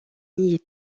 nier